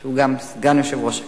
שהוא גם סגן יושב-ראש הכנסת.